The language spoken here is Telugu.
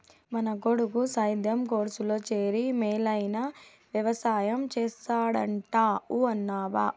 మన కొడుకు సేద్యం కోర్సులో చేరి మేలైన వెవసాయం చేస్తాడంట ఊ అనబ్బా